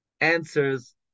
answers